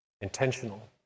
intentional